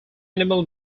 animal